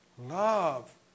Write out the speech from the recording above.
Love